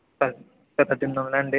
ప పద్దెనిమిది వందలాండి